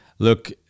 Look